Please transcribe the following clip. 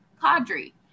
Cadre